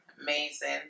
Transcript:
amazing